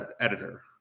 editor